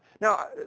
Now